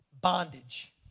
bondage